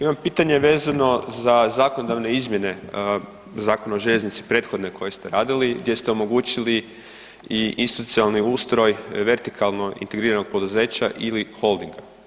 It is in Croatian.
Imam pitanje vezano za zakonodavne izmjene Zakona o željeznici prethodne koje ste radili, gdje ste omogućili i institucionalni ustroj vertikalo integriranog poduzeća ili holdinga.